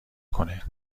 کنه